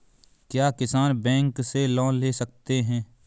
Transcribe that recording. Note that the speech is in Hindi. क्या किसान बैंक से लोन ले सकते हैं?